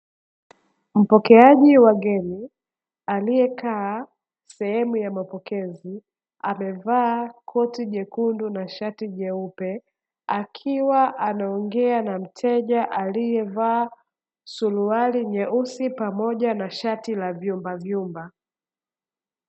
Mpokeaji wageni aliyekaa sehemu ya mapokezi. Amevaa koti jekundu na shati jeupe, akiwa anaongea na mteja aliyevaa suruali nyeusi pamoja na shati la vyumbavyumba.